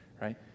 right